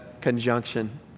conjunction